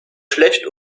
schlecht